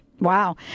Wow